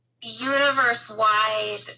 universe-wide